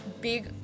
big